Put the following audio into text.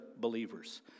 believers